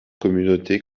communautés